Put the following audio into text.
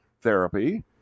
therapy